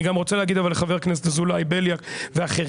אני גם רוצה להגיד אבל לחבר כנסת אזולאי בליאק ואחרים,